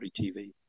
TV